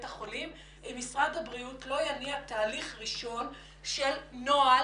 החולים אם משרד הבריאות לא יניע תהליך ראשון של נוהל,